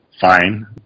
fine